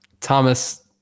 Thomas